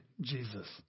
Jesus